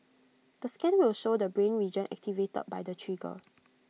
the scan will show the brain region activated by the trigger